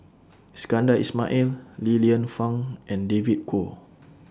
Iskandar Ismail Li Lienfung and David Kwo